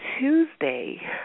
Tuesday